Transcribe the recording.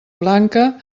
blanca